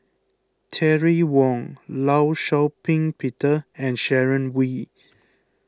Terry Wong Law Shau Ping Peter and Sharon Wee